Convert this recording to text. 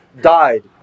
died